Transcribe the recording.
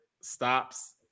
stops